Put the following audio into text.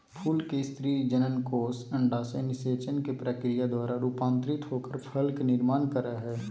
फूल के स्त्री जननकोष अंडाशय निषेचन के प्रक्रिया द्वारा रूपांतरित होकर फल के निर्माण कर हई